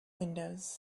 windows